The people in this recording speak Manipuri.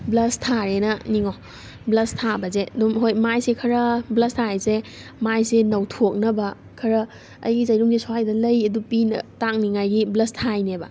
ꯕ꯭ꯂꯁ ꯊꯥꯔꯦꯅ ꯅꯤꯡꯉꯣ ꯕ꯭ꯂꯁ ꯊꯥꯕꯁꯦ ꯑꯗꯨꯝ ꯍꯣꯏ ꯃꯥꯏꯁꯦ ꯈꯔ ꯕ꯭ꯂꯁ ꯊꯥꯏꯁꯦ ꯃꯥꯏꯁꯦ ꯅꯧꯊꯣꯛꯅꯕ ꯈꯔ ꯑꯩꯒꯤ ꯆꯩꯔꯨꯡꯁꯦ ꯁ꯭ꯋꯥꯏꯗ ꯂꯩ ꯑꯗꯨ ꯇꯥꯛꯅꯤꯉꯥꯏꯒꯤ ꯕ꯭ꯂꯁ ꯊꯥꯏꯅꯦꯕ